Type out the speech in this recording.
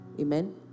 Amen